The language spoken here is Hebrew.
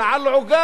אלא על עוגה,